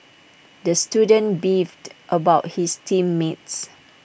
the student beefed about his team mates